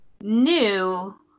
new